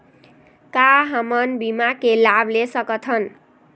का हमन बीमा के लाभ ले सकथन?